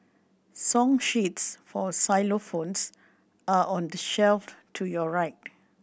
song sheets for xylophones are on the shelf to your right